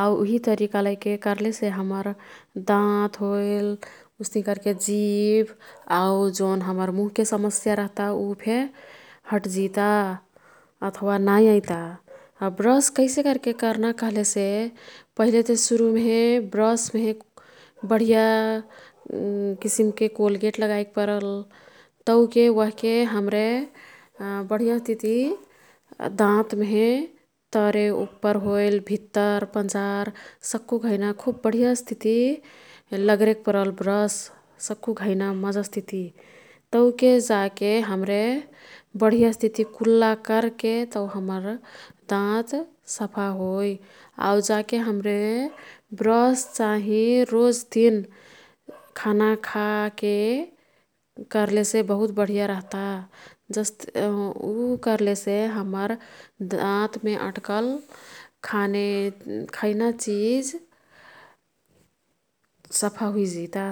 आऊ उही तरिका लैके कर्लेसे हम्मर दाँत होईल उस्ती कर्के जीभ आऊ जोन हम्मर मुह के समस्या रह्ता ऊ फे हट जिता अथवा नै अईता। आऊ ब्रस कैसेकर्के कर्ना कह्लेसे पहिलेते सुरुमे ब्रस मेहे बढिया किसिमके कोल्गेट लगाईक् परल। तौके ओह्के हाम्रे बढियस्तिती दाँतमेहे तरे उप्पर होईल भित्तर पंजार सक्कु घैना खुब बढियस्तिती लगरेक परल ब्रस सक्कु घैना मजस्तीती। तौके जाके हाम्रे बढियस्तिती कुल्ला कर्के तौ हम्मर दाँत सफा होई आऊ जा के हाम्रे ब्रस चाँहि रोजदिन खाना खाके कर्लेसे बहुत बढिया रह्ता। ऊ कर्लेसे हम्मर दाँतमे अट्कल खैना चिज सफा हुइजिता।